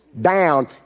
down